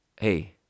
Hey